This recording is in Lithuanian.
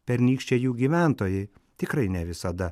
pernykščiai jų gyventojai tikrai ne visada